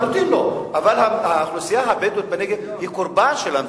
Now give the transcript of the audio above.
אבל האוכלוסייה הבדואית בנגב היא קורבן של המציאות.